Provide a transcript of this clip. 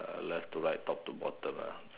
left to right to to bottom ah